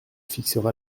fixera